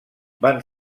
van